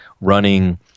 running